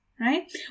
right